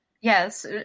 Yes